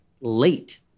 late